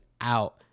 out